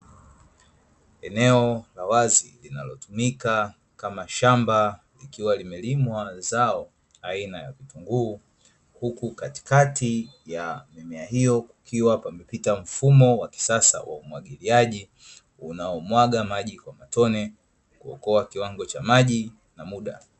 Eneo la wazi linalotumika kama shamba likiwa limelimwa zao aina ya vitunguu, huku katikati ya mimea hiyo kukiwa pamepita mfumo wa kisasa wa umwagiliaji unaomwaga maji kwa matone kuokoa kiwango cha maji na muda.